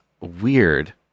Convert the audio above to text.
Weird